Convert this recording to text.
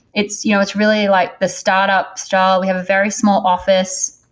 it's you know it's really like the startup struggle. we have a very small office.